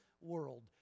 world